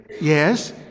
Yes